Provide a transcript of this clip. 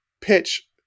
pitch